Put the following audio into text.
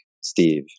Steve